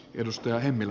arvoisa puhemies